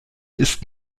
ist